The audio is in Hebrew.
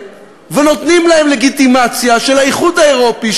ונותנים להן לגיטימציה של האיחוד האירופי,